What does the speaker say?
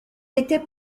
était